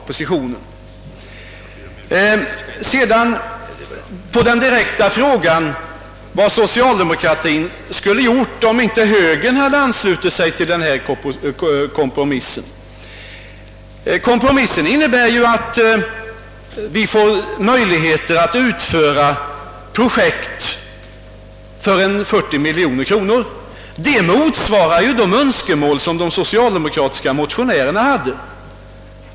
På den direkta frågan vad socialdemokratin skulle ha gjort om inte högern anslutit sig till denna kompromiss . vill jag svara, att kompromissen innebär att vi får möjligheter att utföra projekt för 40 miljoner kronor. Detta motsvarar ju de socialdemokratiska motionärernas önskemål.